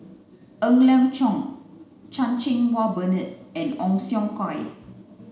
Ng Liang Chiang Chan Cheng Wah Bernard and Ong Siong Kai